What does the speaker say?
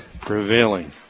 prevailing